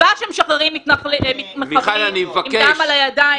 הסיבה שמשחררים מחבלים עם דם על הידיים,